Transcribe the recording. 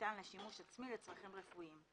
שניתן לשימוש עצמי לצרכים רפואיים.